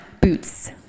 boots